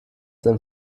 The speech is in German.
sein